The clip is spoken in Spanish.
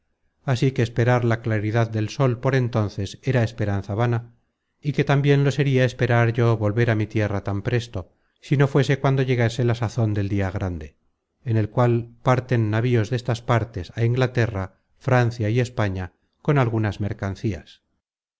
así que esperar la claridad del sol por entonces era esperanza vana y que tambien lo sería esperar yo volver á mi tierra tan presto si no fuese cuando llegase la sazon del dia grande en la cual parten navíos destas partes á inglaterra francia y españa con algunas mercancías